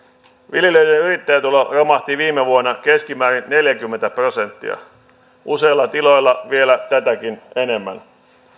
viljelijöiden yrittäjätulo romahti viime vuonna keskimäärin neljäkymmentä prosenttia useilla tiloilla vielä tätäkin enemmän